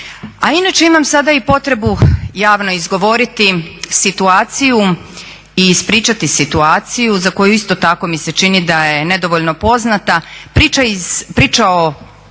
inače imam sada i potrebu javno izgovoriti situaciju i ispričati situaciju za koju isto tako mi se čini da je nedovoljno poznata, priča o